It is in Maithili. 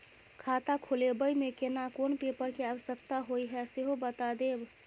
खाता खोलैबय में केना कोन पेपर के आवश्यकता होए हैं सेहो बता देब?